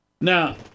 Now